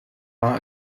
war